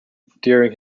during